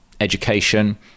education